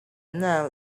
now